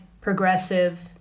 progressive